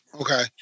Okay